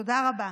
תודה רבה.